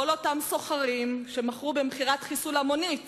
אותם סוחרים שמכרו במכירת חיסול המונית